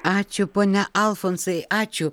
ačiū pone alfonsai ačiū